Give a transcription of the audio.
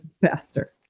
faster